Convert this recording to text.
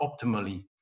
optimally